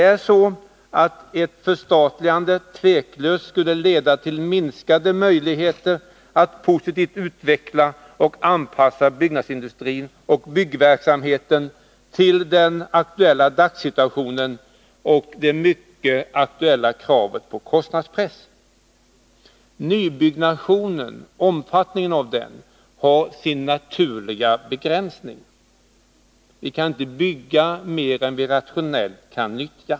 Ett förstatligande skulle tveklöst leda till minskade möjligheter att positivt utveckla och anpassa byggnadsindustrin och byggverksamheten till den aktuella dagssituationen och det mycket angelägna kravet på kostnadspress. Omfattningen av nybyggnationen har sin naturliga begränsning. Vi kan inte bygga mer än vi rationellt kan nyttja.